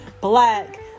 black